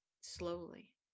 slowly